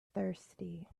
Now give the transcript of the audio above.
thirsty